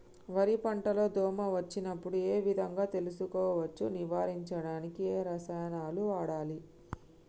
వరి పంట లో దోమ వచ్చినప్పుడు ఏ విధంగా తెలుసుకోవచ్చు? నివారించడానికి ఏ రసాయనాలు వాడాలి?